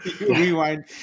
Rewind